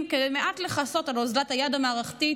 כדי לכסות מעט על אוזלת היד המערכתית,